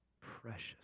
precious